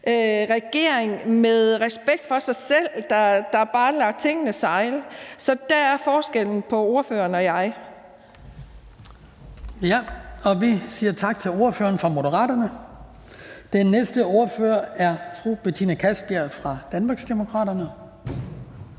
regering med respekt for sig selv, der bare lader tingene sejle. Så dér er forskellen på ordføreren og mig. Kl. 19:50 Den fg. formand (Hans Kristian Skibby): Vi siger tak til ordføreren fra Moderaterne. Den næste ordfører er fru Betina Kastbjerg fra Danmarksdemokraterne.